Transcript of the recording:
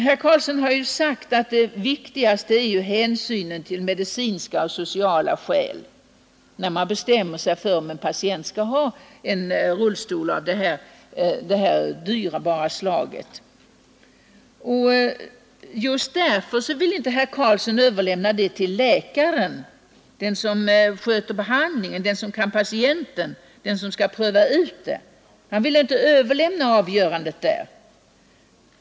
Herr Karlsson har sagt, att medicinska och sociala skäl måste väga tyngst, när man bestämmer om en patient skall ha en rullstol av detta dyra slag. Just därför vill inte herr Karlsson överlämna avgörandet till läkaren, den som skött behandlingen och känner patienten.